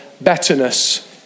betterness